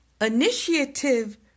Initiative